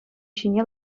ҫине